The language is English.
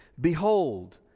Behold